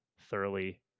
thoroughly